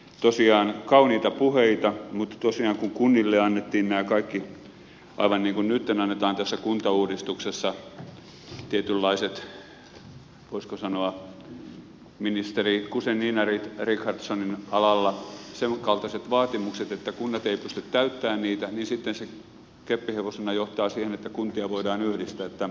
tosiaan kauniita puheita mutta tosiaan kun kunnille annettiin nämä kaikki aivan niin kuin nytten annetaan tässä kuntauudistuksessa tietynlaiset voisiko sanoa ministeri guzenina richardsonin alalla senkaltaiset vaatimukset että kunnat eivät pysty täyttämään niitä niin sitten se keppihevosena johtaa siihen että kuntia voidaan yhdistää tämän perusteella